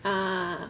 ah